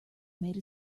made